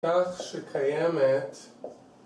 כך שקיימת